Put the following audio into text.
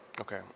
okay